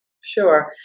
Sure